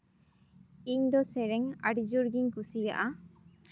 ᱤᱧ ᱫᱚ ᱥᱮᱨᱮᱧ ᱟᱹᱰᱤ ᱡᱳᱨ ᱜᱤᱧ ᱠᱩᱥᱤᱭᱟᱜᱼᱟ